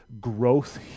growth